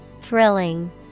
Thrilling